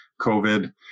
COVID